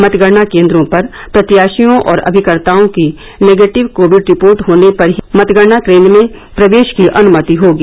मतगणना केन्द्रों पर प्रत्याशियों और अभिकर्ताओं की नेगेटिव कोविड रिपोर्ट होने पर ही मतगणना केन्द्र में प्रवेश की अनुमति होगी